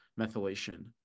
methylation